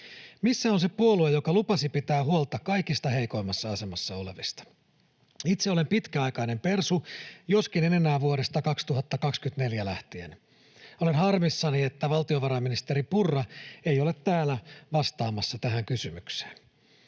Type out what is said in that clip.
Missä on se puolue, joka lupasi pitää huolta kaikista heikoimmassa asemassa olevista? Itse olen pitkäaikainen persu, joskaan en enää vuodesta 2024 lähtien. Olen harmissani, että valtiovarainministeri Purra ei ole täällä vastaamassa tähän kysymykseen.